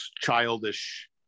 childish